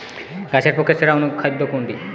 গাছের পক্ষে সেরা অনুখাদ্য কোনটি?